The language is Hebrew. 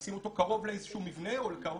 נשים אותו קרוב לאיזשהו מבנה או קרוב